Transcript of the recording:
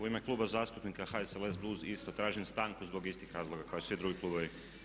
U ime Kluba zastupnika HSLS BUZ isto tražim stanku zbog istih razloga kao i svi drugi klubovi.